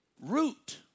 root